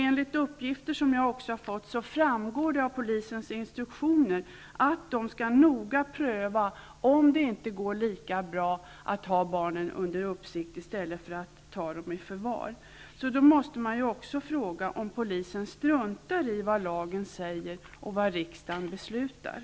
Enligt uppgifter som jag har fått framgår det av polisens instruktioner att den noga skall pröva om det inte går lika bra att ha barnen under uppsikt som att ta dem i förvar. Jag undrar därför om polisen struntar i vad som sägs i lagen och vad riksdagen har beslutat.